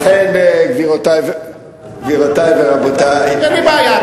לכן, גבירותי ורבותי, אין לי בעיה.